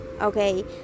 okay